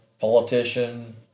politician